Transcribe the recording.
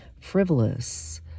frivolous